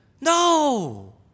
No